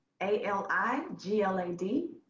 A-L-I-G-L-A-D